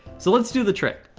so let's do the trick.